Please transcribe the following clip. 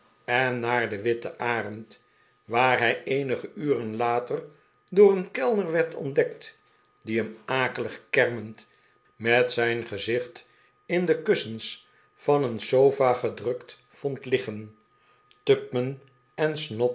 en naar de witte arend waar hij eenige uren later door een kellner werd ontdekt die hem akelig kermend met zijn gezicht in de kus j il de pickwick club sens van een sofa gedrukt vond liggen